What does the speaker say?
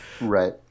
right